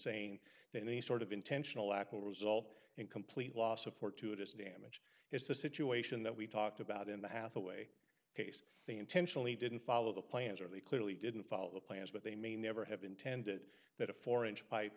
saying that any sort of intentional act will result in complete loss of fortuitous damage is the situation that we talked about in the hathaway case they intentionally didn't follow the plans or they clearly didn't follow the plans but they may never have intended that a four inch pipe